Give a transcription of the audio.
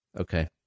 Okay